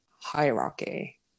hierarchy